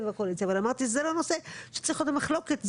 והאופוזיציה אבל אמרתי זה לא נושא שצריך להיות במחלוקת.